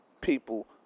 people